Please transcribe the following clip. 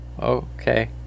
okay